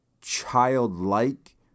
childlike